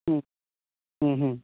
হুম হুম হুম